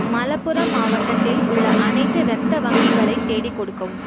மலப்புரம் மாவட்டத்தில் உள்ள அனைத்து ரத்த வங்கிகளை தேடிக் கொடுக்கவும்